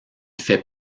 fait